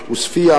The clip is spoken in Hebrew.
עוספיא,